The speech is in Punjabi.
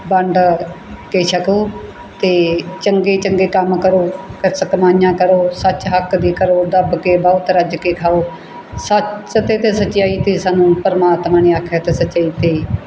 ਵੰਡ ਕੇ ਛਕੋ ਅਤੇ ਚੰਗੇ ਚੰਗੇ ਕੰਮ ਕਰੋ ਕਿਰਤ ਕਮਾਈਆਂ ਕਰੋ ਸੱਚ ਹੱਕ ਦੀ ਕਰੋ ਦੱਬ ਕੇ ਬਹੁਤ ਰੱਜ ਕੇ ਖਾਓ ਸੱਚ 'ਤੇ ਅਤੇ ਸਚਿਆਈ 'ਤੇ ਸਾਨੂੰ ਪਰਮਾਤਮਾ ਨੇ ਆਖਿਆ ਅਤੇ ਸੱਚਾਈ 'ਤੇ ਹੀ